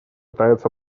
пытается